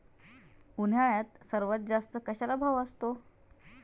उन्हाळ्यात सर्वात जास्त कशाला भाव असतो?